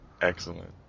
Excellent